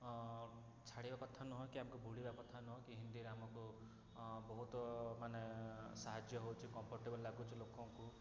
ଛାଡ଼ିବା କଥା ନୁହଁ କି ଏହାକୁ ବୁଡ଼ିବା କଥା ନୁହଁ କି ହିନ୍ଦୀରେ ଆମକୁ ବହୁତ ମାନେ ସାହାଯ୍ୟ ହେଉଛି କମ୍ଫର୍ଟେବଲ୍ ଲାଗୁଛି ଲୋକଙ୍କୁ ଓ